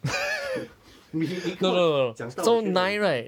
你你跟我讲到我觉得